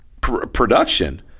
production